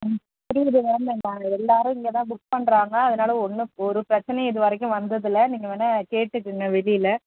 ம் புரியுது மேம் நாங்கள் எல்லோரும் இங்கேதான் புக் பண்ணுறாங்க அதனால் ஒன்றும் ஒரு பிரச்சனையும் இது வரைக்கும் வந்ததில்லை நீங்கள் வேணுனா கேட்டுக்குங்க வெளியில்